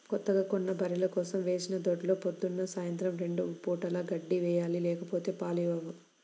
కొత్తగా కొన్న బర్రెల కోసం వేసిన దొడ్లో పొద్దున్న, సాయంత్రం రెండు పూటలా గడ్డి వేయాలి లేకపోతే పాలు ఇవ్వవు